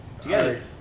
together